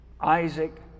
Isaac